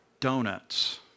donuts